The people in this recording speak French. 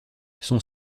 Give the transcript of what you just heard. son